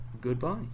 goodbye